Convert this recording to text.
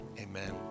amen